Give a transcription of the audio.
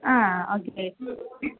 हा ओके